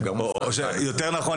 ויותר נכון,